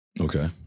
Okay